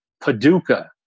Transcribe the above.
Paducah